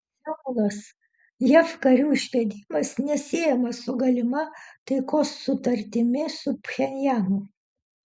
seulas jav karių išvedimas nesiejamas su galima taikos sutartimi su pchenjanu